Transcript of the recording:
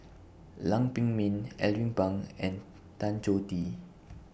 Lam Pin Min Alvin Pang and Tan Choh Tee